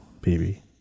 baby